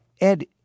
Ed